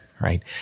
right